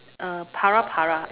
uh para-para